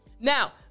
Now